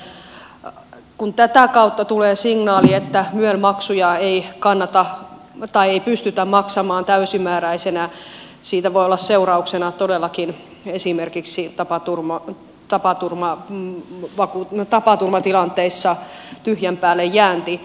nimittäin kun tätä kautta tulee signaali että myel maksuja ei pystytä maksamaan täysimääräisinä siitä voi olla seurauksena todellakin esimerkiksi tapaturmat tapaturma on vakuuttunut tapatuman tila tapaturmatilanteissa tyhjän päälle jäänti